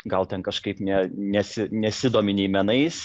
gal ten kažkaip ne nesi nesidomi nei menais